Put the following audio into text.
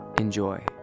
Enjoy